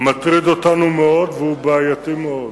מטריד אותנו מאוד והוא בעייתי מאוד,